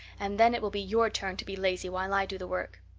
and then it will be your turn to be lazy while i do the work.